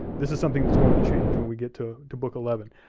this is something that's going to change when we get to to book eleven,